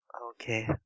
okay